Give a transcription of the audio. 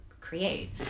create